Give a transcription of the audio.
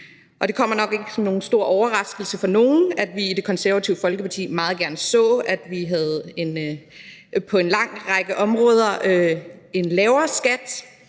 og det kommer nok ikke som nogen stor overraskelse for nogen, at vi i Det Konservative Folkeparti meget gerne så, at vi på en lang række områder havde en lavere skat.